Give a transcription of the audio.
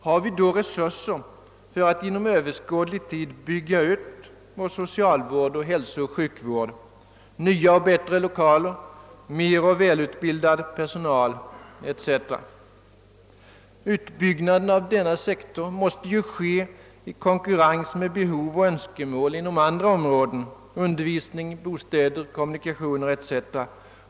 Har vi resurser för att inom överskådlig tid bygga ut vår socialvård samt hälsooch sjukvård — nya och bättre lokaler, mera och välutbildad personal etc? Utbyggnaden av denna sektor måste ske i konkurrens med behov och önskemål inom andra områden: undervisning, bostäder, kommunikationer etc.